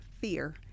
fear